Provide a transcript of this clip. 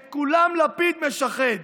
את כולם לפיד משחד: